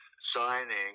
signing